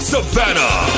Savannah